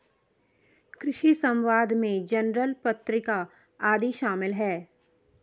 कृषि समवाद में जर्नल पत्रिका आदि शामिल हैं